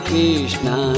Krishna